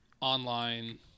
online